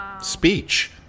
speech